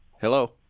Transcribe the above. Hello